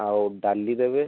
ଆଉ ଡାଲି ଦେବେ